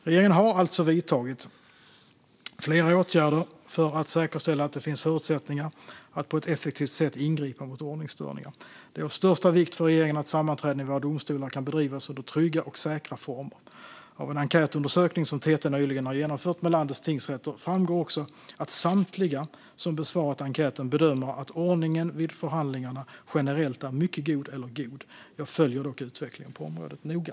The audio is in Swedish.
Regeringen har alltså vidtagit flera åtgärder för att säkerställa att det finns förutsättningar att på ett effektivt sätt ingripa mot ordningsstörningar. Det är av största vikt för regeringen att sammanträden i våra domstolar kan bedrivas under trygga och säkra former. Av en enkätundersökning som TT nyligen har genomfört med landets tingsrätter framgår också att samtliga som besvarat enkäten bedömer att ordningen vid förhandlingarna generellt är mycket god eller god. Jag följer dock utvecklingen på området noga.